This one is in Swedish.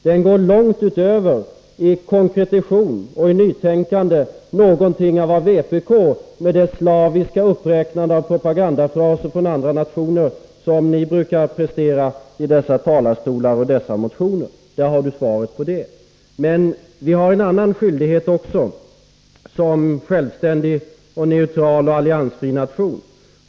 Den går i konkretisering och nytänkande långt utöver vad vpk, med dess slaviska uppräknande av propagandafraser från andra nationer, brukar prestera i talarstolar och i motioner. Som självständig, neutral och alliansfri nation har vi också en annan skyldighet.